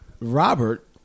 robert